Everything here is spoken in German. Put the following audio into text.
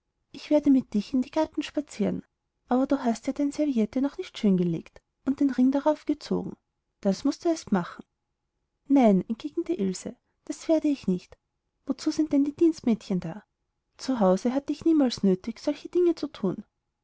ich werde mit dich in die garten spazieren aber du hast ja dein serviette noch nicht schön gelegt und die ring drauf gezogen das mußt du erst machen nein entgegnete ilse das werde ich nicht wozu sind denn die dienstmädchen da zu hause hatte ich niemals nötig solche dinge zu thun